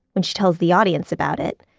when she tells the audience about it,